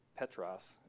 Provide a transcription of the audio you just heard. Petras